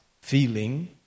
feeling